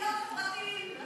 להיות חברתיים.